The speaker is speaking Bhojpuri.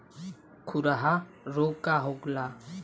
खुरहा रोग का होला?